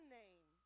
name